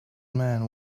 man